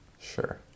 Sure